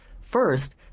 First